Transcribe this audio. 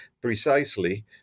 precisely